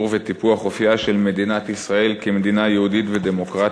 ולטיפוח אופייה של מדינת ישראל כמדינה יהודית ודמוקרטית.